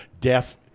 deaf